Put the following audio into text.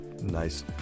nice